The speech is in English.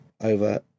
Over